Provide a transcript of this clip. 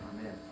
Amen